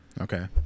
okay